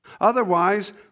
otherwise